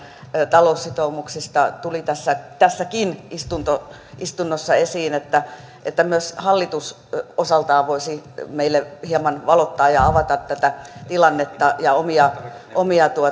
taloussitoumuksista tuli tässäkin istunnossa istunnossa esiin että että myös hallitus osaltaan voisi meille hieman valottaa ja avata tätä tilannetta ja omia omia